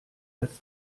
als